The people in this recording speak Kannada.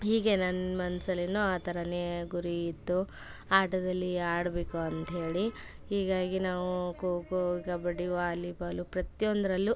ಹೀಗೆ ನನ್ನ ಮನ್ಸಲ್ಲಿನೂ ಆ ಥರನೇ ಗುರಿ ಇತ್ತು ಆಟದಲ್ಲಿ ಆಡಬೇಕು ಅಂತೇಳಿ ಹೀಗಾಗಿ ನಾವು ಖೋ ಖೋ ಕಬಡ್ಡಿ ವಾಲಿಬಾಲು ಪ್ರತಿಯೊಂದ್ರಲ್ಲೂ